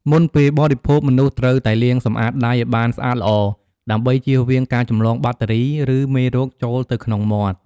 មុនពេលបរិភោគ មនុស្សត្រូវតែលាងសម្អាតដៃឱ្យបានស្អាតល្អ ដើម្បីចៀសវាងការចម្លងបាក់តេរី ឬមេរោគចូលទៅក្នុងមាត់។